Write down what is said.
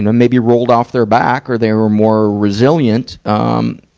and maybe rolled off their back, or they were more resilient, um,